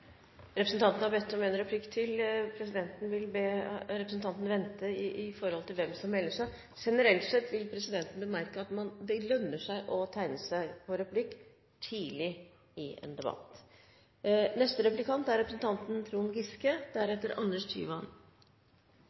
Representanten Per Olaf Lundteigen har bedt om en replikk til. Presidenten vil be representanten vente ut fra hvem som melder seg. Generelt sett vil presidenten bemerke at det lønner seg å tegne seg til replikk tidlig i en debatt.